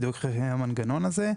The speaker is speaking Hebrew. בדיוק איך יהיה המנגנון הזה.